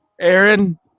Aaron